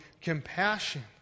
compassion